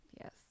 Yes